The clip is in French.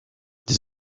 des